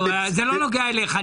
זה לא נוגע אליך,